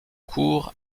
court